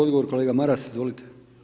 Odgovor, kolega Maras, izvolite.